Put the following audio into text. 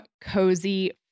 cozy